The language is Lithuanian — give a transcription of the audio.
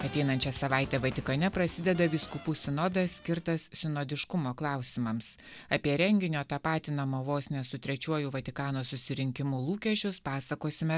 ateinančią savaitę vatikane prasideda vyskupų sinodas skirtas sinodiškumo klausimams apie renginio tapatinamo vos ne su trečiuoju vatikano susirinkimu lūkesčius pasakosime